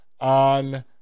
on